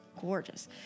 gorgeous